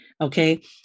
Okay